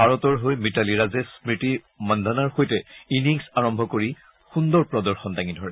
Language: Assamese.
ভাৰতৰ হৈ মিতালী ৰাজে স্মতি মন্ধনাৰ সৈতে ইনিংছ আৰম্ভ কৰি সুন্দৰ প্ৰদৰ্শন কৰে